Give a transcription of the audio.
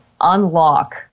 unlock